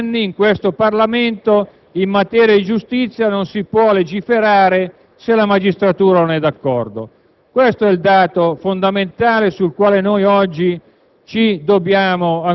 da anni, anni e anni questo Parlamento in materia di giustizia non può legiferare se la magistratura non è d'accordo. Questo è il dato fondamentale con il quale noi oggi